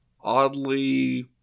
oddly